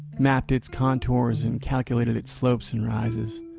mapped its contours and calculated its slopes and rises.